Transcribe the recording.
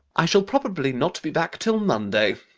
i shall probably not be back till monday.